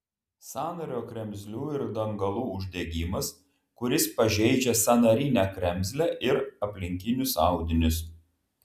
sąnario kremzlių ir dangalų uždegimas kuris pažeidžia sąnarinę kremzlę ir aplinkinius audinius